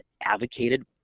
advocated